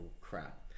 crap